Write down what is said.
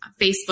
Facebook